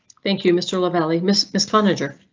thank you mr. lavalley miss miss furniture.